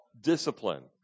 discipline